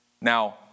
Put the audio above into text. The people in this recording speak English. now